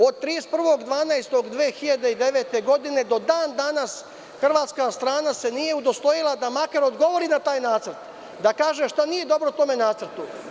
Od 31.12.2009. godine do dan danas Hrvatska strana se nije udostojila da makar odgovori na taj nacrti i da kaže šta nije dobro u tom nacrtu.